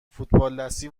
فوتبالدستی